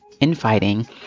infighting